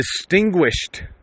distinguished